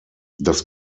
das